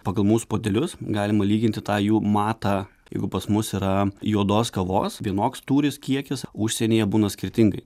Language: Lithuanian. pagal mūsų puodelius galima lyginti tą jų matą jeigu pas mus yra juodos kavos vienoks tūris kiekis užsienyje būna skirtingai